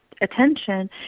attention